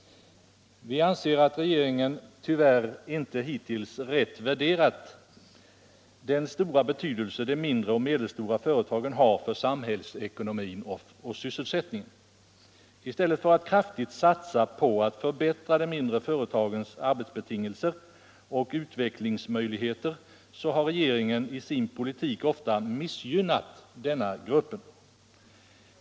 Vi anser att regeringen hittills tyvärr inte rätt värderat den stora betydelse de mindre och medelstora företagen har för samhällsekonomin och sysselsättningen. I stället för att kraftigt satsa på att förbättra de mindre företagens arbetsbetingelser och utvecklingsmöjligheter har regeringen i sin politik ofta missgynnat denna grupp.